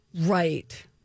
Right